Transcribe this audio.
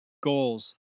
goals